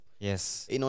Yes